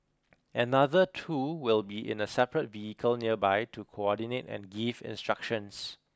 another two will be in a separate vehicle nearby to coordinate and give instructions